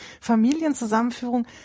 Familienzusammenführung